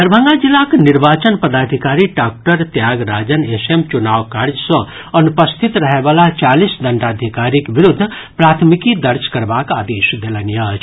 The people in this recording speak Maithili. दरभंगा जिलाक निर्वाचन पदाधिकारी डॉक्टर त्यागराजन एस एम चुनाव कार्य सँ अनुपस्थित रहय वला चालीस दंडाधिकारीक विरूद्ध प्राथमिकी दर्ज करबाक आदेश देलनि अछि